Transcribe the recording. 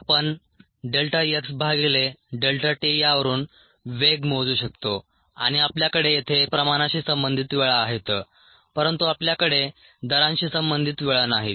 आपण delta X भागिले delta t यावरून वेग मोजू शकतो आणि आपल्याकडे येथे प्रमाणाशी संबंधित वेळा आहेत परंतु आपल्याकडे दरांशी संबंधित वेळा नाहीत